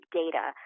data